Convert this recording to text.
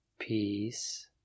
Peace